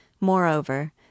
Moreover